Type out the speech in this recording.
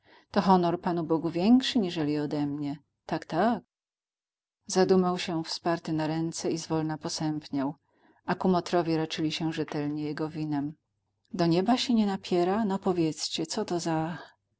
to honor panu bogu większy niżeli odemnie tak tak zadumał się wsparty na ręce i zwolna posępniał a kumotrowie raczyli się rzetelnie jego winem do nieba sie nie napiera no powiedzcie co to za